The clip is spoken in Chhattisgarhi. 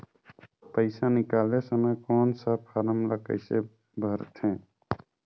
पइसा निकाले समय कौन सा फारम ला कइसे भरते?